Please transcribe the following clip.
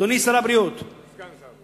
אדוני שר הבריאות, סגן שר הבריאות.